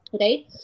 right